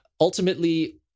ultimately